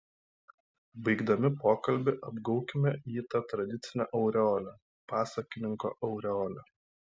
baigdami pokalbį apgaubkime jį ta tradicine aureole pasakininko aureole